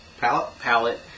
palette